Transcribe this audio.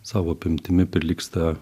savo apimtimi prilygsta